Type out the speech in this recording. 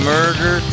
Murder